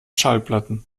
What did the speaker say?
schallplatten